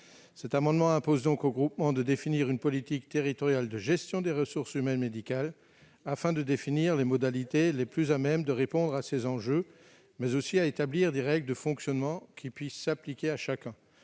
cet amendement imposent au groupement non seulement de définir une politique territoriale de gestion des ressources humaines médicales, afin de définir les modalités les plus à même de répondre à ces enjeux, mais aussi d'établir des règles de fonctionnement qui puissent s'appliquer à chacun.